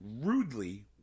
rudely